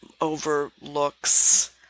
overlooks